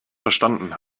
verstanden